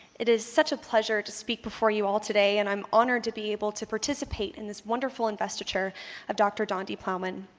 it is such a pleasure to speak before you all today and i'm honored to be able to participate in this wonderful investiture of dr. donde plowman.